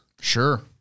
Sure